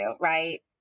right